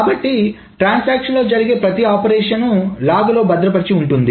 కాబట్టి ట్రాన్సాక్షన్ లో జరిగే ప్రతి ఆపరేషన్ లాగ్ లో భద్రపరిచి ఉంటుంది